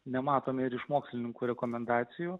nematome ir iš mokslininkų rekomendacijų